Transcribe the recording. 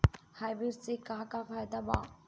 Hybrid से का का फायदा बा?